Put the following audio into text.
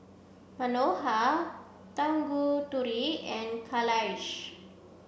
Manohar Tanguturi and Kailash